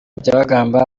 byabagamba